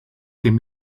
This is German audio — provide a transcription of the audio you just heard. dem